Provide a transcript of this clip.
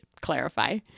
clarify